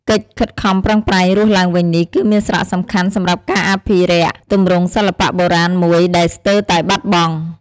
កិច្ចខិតខំប្រឹងប្រែងរស់ឡើងវិញនេះគឺមានសារៈសំខាន់សម្រាប់ការអភិរក្សទម្រង់សិល្បៈបុរាណមួយដែលស្ទើតែបាត់បង់។